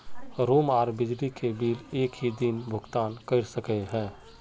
Room आर बिजली के बिल एक हि दिन भुगतान कर सके है?